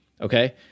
Okay